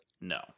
No